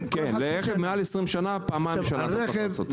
לרכב מעל 20 שנה, פעמיים בשנה צריך לעשות.